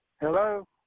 Hello